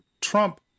Trump